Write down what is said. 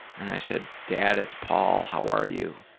and i said, dad, it's paul. how are you?